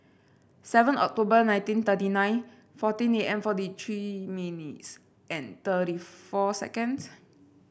seven October nineteen thirty nine fourteen and forty three minutes and thirty four seconds